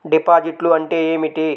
డిపాజిట్లు అంటే ఏమిటి?